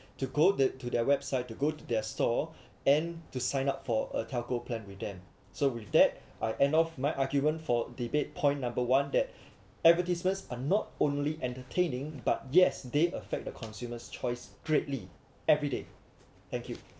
to go there to their website to go to their store and to sign up for a telco plan with them so with that I end off my argument for debate point number one that advertisements are not only entertaining but yes they affect the consumers' choice greatly everyday thank you